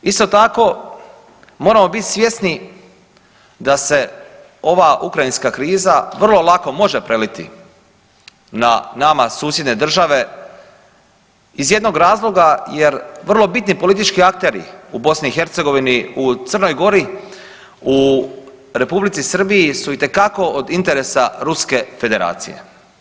Isto tako moramo bit svjesni da se ova ukrajinska kriza vrlo lako može preliti na nama susjedne države iz jednog razloga jer vrlo bitni politički akteri u Bosni i Hercegovini, u Crnoj Gori, u Republici Srbiji su itekako od interesa Ruske Federacije.